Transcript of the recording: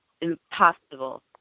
impossible